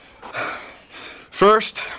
First